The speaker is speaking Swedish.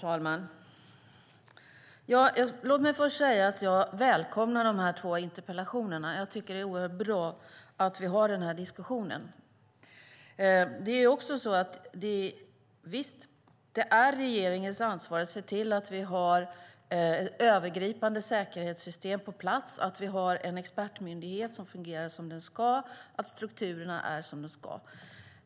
Herr talman! Låt mig först säga att jag välkomnar de här två interpellationerna. Jag tycker att det är oerhört bra att vi har den här diskussionen. Visst är det regeringens ansvar att se till att vi har övergripande säkerhetssystem på plats, att vi har en expertmyndighet som fungerar som den ska och att strukturerna är som de ska.